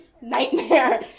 nightmare